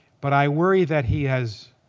but i worry that he has